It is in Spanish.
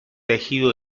tejido